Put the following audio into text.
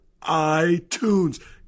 iTunes